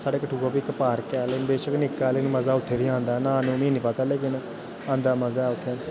साढ़े कठुए बी इक पार्क ऐ मगर बिच्च उ'दे बी मजा उत्थै बी आंदा न्हाने दा निं पता लेकिन आंदा मजा उत्थै बी